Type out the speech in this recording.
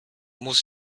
muss